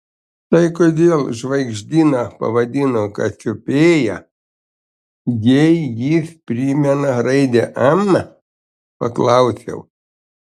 tai kodėl žvaigždyną pavadino kasiopėja jei jis primena raidę m paklausiau